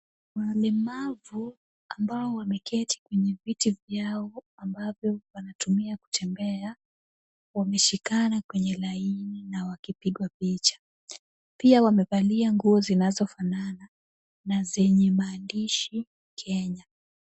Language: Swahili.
Walemavu ambao wameketi kwenye viti vyao ambavyo wanatumia kutembea, wameshikana kwenye laini na wakipigwa picha. Pia wamevalia nguo zinazofanana na zenye maandishi Kenya.